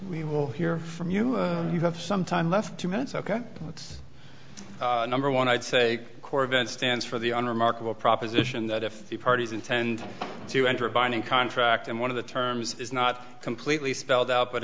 we will hear from you you have some time left two minutes ok that's number one i'd say corvette stands for the unremarkable proposition that if the parties intend to enter a binding contract and one of the terms is not completely spelled out but